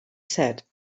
said